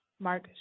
Mark